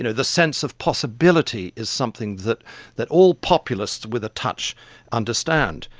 you know the sense of possibility is something that that all populists with a touch understand.